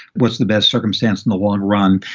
what's the best circumstance in the long run?